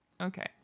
Okay